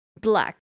black